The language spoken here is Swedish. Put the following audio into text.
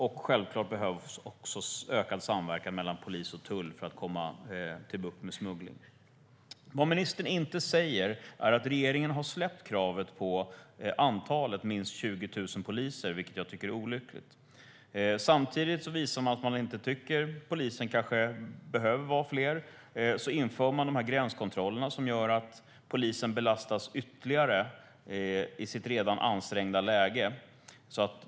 Självklart behövs också ökad samverkan mellan polis och tull för att få bukt med smuggling. Vad ministern inte säger är att regeringen har släppt kravet på minst 20 000 poliser, vilket jag tycker är olyckligt. Samtidigt som man visar att man inte tycker att polisen kanske behöver vara fler inför man gränskontrollerna som gör att polisen belastas ytterligare i sitt redan ansträngda läge.